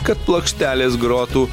kad plokštelės grotų